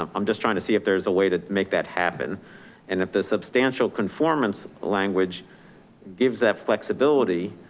um i'm just trying to see if there's a way to make that happen. and if the substantial conformance language gives that flexibility.